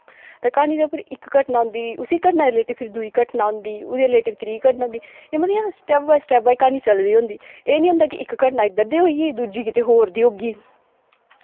ते क्हानी दे उप्पर इक घटना होंदी उसी घटना दे रिलेटिड फिर दुई घटना होंदी ओह्दे रिलेटिड फ्ही त्री घटना होंदी इ'यां मतलब इ'यां स्टैप बाई स्टैप क्हानी चला दी होंदी एह् नी होंदी कि इक घटना इद्धर दी होई दुजी कितो होर दी होगी